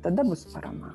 tada bus parama